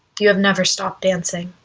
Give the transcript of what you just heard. you have never stopped dancing.